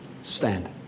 stand